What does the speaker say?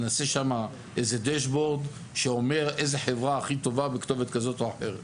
נעשה שם איזה דשבורד שאומר איזה חברה הכי טובה בכתובת כזאת או אחרת.